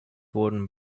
wurden